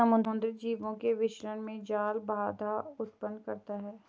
समुद्री जीवों के विचरण में जाल बाधा उत्पन्न करता है